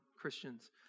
Christians